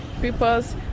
peoples